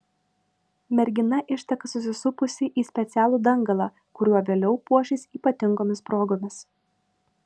mergina išteka susisupusi į specialų dangalą kuriuo vėliau puošis ypatingomis progomis